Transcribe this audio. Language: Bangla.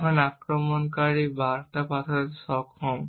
এখন আক্রমণকারী বার্তা পাঠাতে সক্ষম